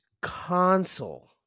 console